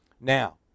Now